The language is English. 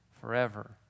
forever